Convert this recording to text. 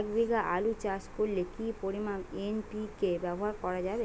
এক বিঘে আলু চাষ করলে কি পরিমাণ এন.পি.কে ব্যবহার করা যাবে?